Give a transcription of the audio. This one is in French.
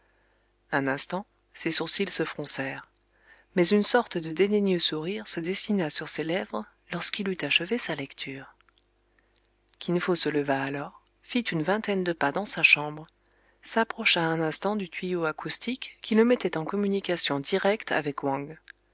un instant ses sourcils se froncèrent mais une sorte de dédaigneux sourire se dessina sur ses lèvres lorsqu'il eut achevé sa lecture kin fo se leva alors fit une vingtaine de pas dans sa chambre s'approcha un instant du tuyau acoustique qui le mettait en communication directe avec wang